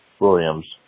Williams